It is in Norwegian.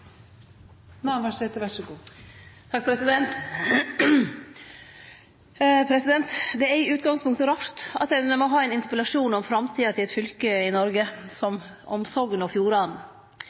Det er i utgangspunktet rart at ein må ha ein interpellasjon om framtida til eit fylke i Noreg, om Sogn og Fjordane.